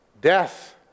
Death